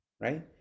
right